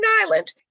island